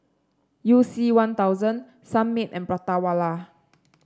You C One Thousand Sunmaid and Prata Wala